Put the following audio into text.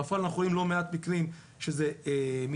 בפועל אנחנו רואים לא מעט מקרים שזה מתעכב.